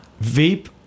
Veep